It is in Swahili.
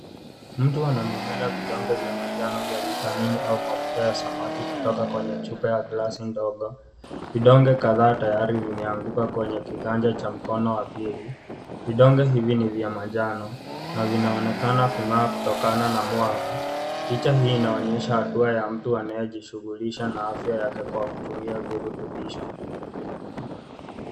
Mtu anamimina vidonge vya manjano vya vitamini au mafuta ya samaki kutoka kwenye chupa ya glasi ndogo, vidonge kadhaa tayari vimeanguka kwenye kiganja cha mkono wa pili vidonge hivi ni vya manjano na vinaonekana kung'aa kutokana na mwanga, picha hii inaonyesha hatua ya mtu anayejishughulisha na afya yake kwa kutumia virutumbisha.